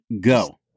go